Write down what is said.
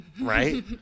right